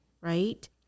right